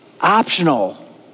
optional